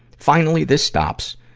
finally, this stops,